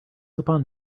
upon